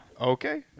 Okay